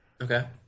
okay